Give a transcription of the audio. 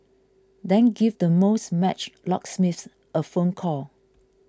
then give the most matched locksmiths a phone call